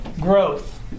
Growth